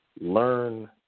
Learn